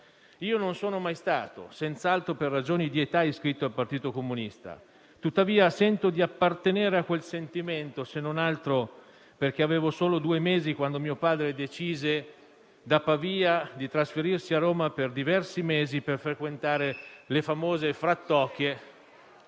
Io non sono mai stato - senz'altro per ragioni di età - iscritto al Partito Comunista; sento tuttavia di appartenere a quel sentimento, se non altro perché avevo solo due mesi quando mio padre decise di trasferirsi da Pavia a Roma per diversi mesi per frequentare le famose «Frattocchie»...